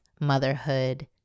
motherhood